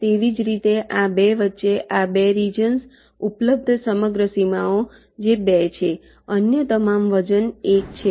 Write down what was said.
તેવી જ રીતે આ 2 વચ્ચે આ 2 રિજન્સ ઉપલબ્ધ સમગ્ર સીમાઓ જે 2 છે અન્ય તમામ વજન 1છે